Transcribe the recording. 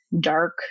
dark